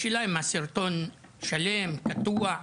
השאלה אם הסרטון שלם, קטוע,